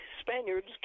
Spaniards